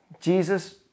Jesus